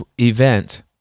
event